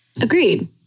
Agreed